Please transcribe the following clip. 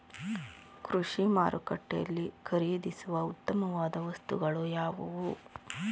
ಕೃಷಿ ಮಾರುಕಟ್ಟೆಯಲ್ಲಿ ಖರೀದಿಸುವ ಉತ್ತಮವಾದ ವಸ್ತುಗಳು ಯಾವುವು?